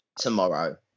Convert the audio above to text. tomorrow